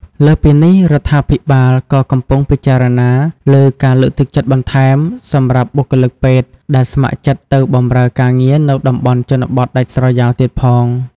លើសពីនេះ រដ្ឋាភិបាលក៏កំពុងពិចារណាលើ ការលើកទឹកចិត្តបន្ថែម សម្រាប់បុគ្គលិកពេទ្យដែលស្ម័គ្រចិត្តទៅបម្រើការងារនៅតំបន់ជនបទដាច់ស្រយាលទៀតផង។